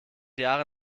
jahre